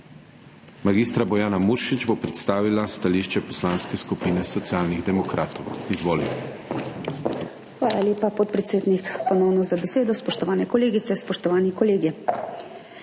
Mag. Bojana Muršič bo predstavila stališče Poslanske skupine Socialnih demokratov. Izvolite.